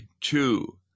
two